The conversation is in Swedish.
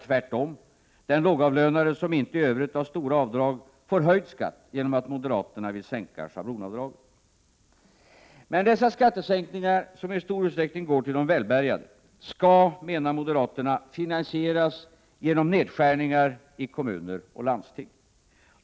Tvärtom, de lågavlönade som inte i övrigt har stora avdrag får höjd skatt genom att moderaterna vill sänka schablonavdraget. Men dessa skattesänkningar som i stor utsträckning går till de välbärgade skall, menar moderaterna, finansieras genom nedskärningar i kommuner och landsting.